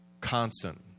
constant